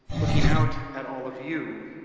looking out at all of you,